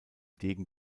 degen